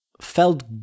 felt